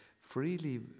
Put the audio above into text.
freely